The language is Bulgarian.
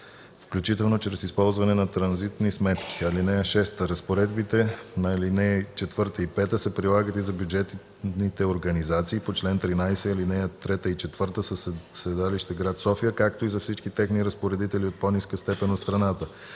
включително чрез използване на транзитни сметки. (6) Разпоредбите на ал. 4 и 5 се прилагат и за бюджетните организации по чл. 13, ал. 3 и 4 със седалище град София, както и за всички техни разпоредители от по-ниска степен от страната.